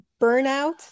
burnout